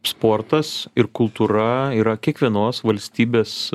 sportas ir kultūra yra kiekvienos valstybės